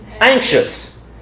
Anxious